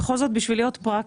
בכל זאת, בשביל להיות פרקטית,